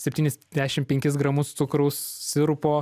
septynis dešim penkis gramus cukraus sirupo